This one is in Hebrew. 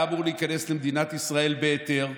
היה אמור להיכנס למדינת ישראל בהיתר,